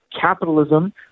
capitalism